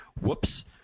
whoops